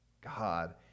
God